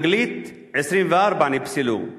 אנגלית, 24 נפסלו.